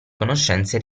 conoscenze